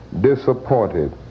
disappointed